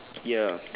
ya